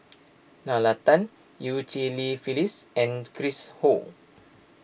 Nalla Tan Eu Cheng Li Phyllis and Chris Ho